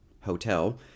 Hotel